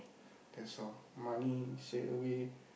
that's all money straightaway